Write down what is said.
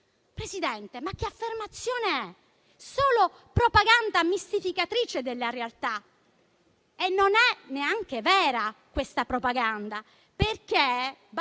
Presidente, ma che affermazione è? Solo propaganda mistificatrice della realtà, che non è neanche vera, perché